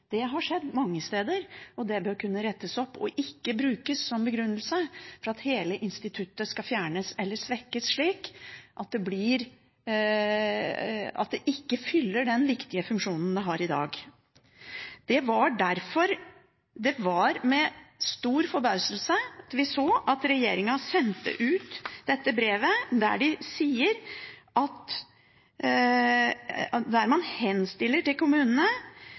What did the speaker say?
Det har skjedd mange steder. Det bør kunne rettes opp, og ikke brukes som begrunnelse for at hele instituttet skal fjernes eller svekkes slik at det ikke fyller den viktige funksjonen det har i dag. Derfor var det med stor forbauselse vi så at regjeringen sendte ut dette brevet, der man henstilte til kommunene som avgjørelsesmyndighet om at